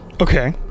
Okay